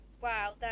wow